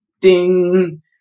ding